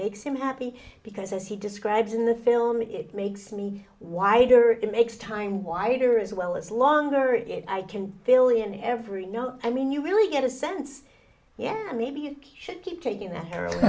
makes him happy because as he describes in the film it makes me wider it makes time wider as well as longer if i can billion every no i mean you really get a sense yeah maybe you should keep taking that the